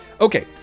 Okay